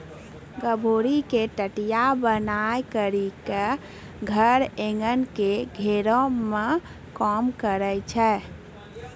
गभोरी के टटया बनाय करी के धर एगन के घेरै मे काम करै छै